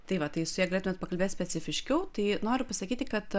tai va tai su ja galėtumėt pakalbėt specifiškiau tai noriu pasakyti kad